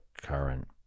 current